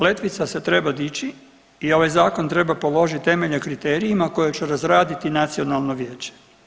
Letvica se treba dići i ovaj zakon treba položiti temelje kriterijima koje će razraditi nacionalno vijeće.